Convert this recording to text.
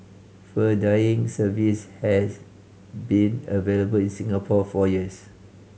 fur dyeing service has been available in Singapore for years